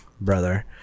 brother